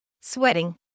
Sweating